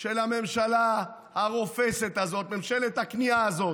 של הממשלה הרופסת הזאת, ממשלת הכניעה הזאת.